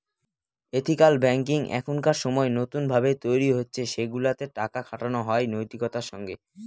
ethical banking এখনকার সময় নতুন ভাবে তৈরী হচ্ছে সেগুলাতে টাকা খাটানো হয় নৈতিকতার সঙ্গে